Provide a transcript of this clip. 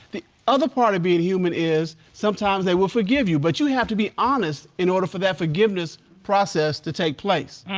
the other part of being human is, sometimes they will forgive you, but you have to be honest in order for that forgiveness process to take place.